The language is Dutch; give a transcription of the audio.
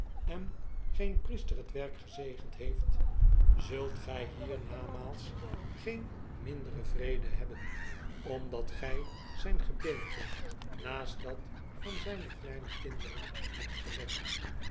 en geen priester het werk gezegend heeft zult gy hier namaals geen minderen vrede hebben omdat gy zyn gebeente naast dat van zijne kleine kinderen hebt gelegd